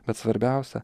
bet svarbiausia